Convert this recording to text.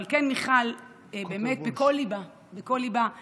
אבל מיכל כן פעלה בכל ליבה בנושא,